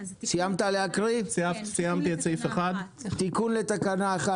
סיימתי את סעיף 1. מי בעד תיקון לתקנה 1?